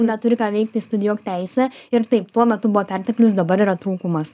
neturi ką veikti studijuok teisę ir taip tuo metu buvo perteklius dabar yra trūkumas